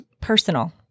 personal